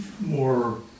more